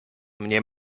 mnie